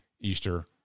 Easter